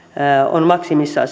on maksimissaan